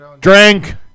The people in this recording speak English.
Drink